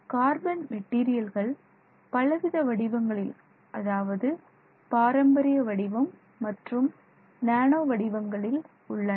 carbon மெட்டீரியல்கள் பலவித வடிவங்களில் அதாவது பாரம்பரிய வடிவம் மற்றும் நானோ வடிவங்களில் உள்ளன